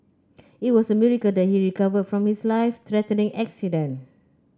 it was a miracle that he recovered from his life threatening accident